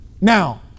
now